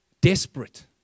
desperate